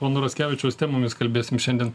pono raskevičiaus temomis kalbėsim šiandien